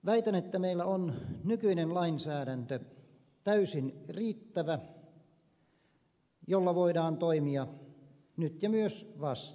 väitän että meidän nykyinen lainsäädäntö on täysin riittävä ja sillä voidaan toimia nyt ja myös vasta